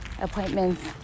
appointments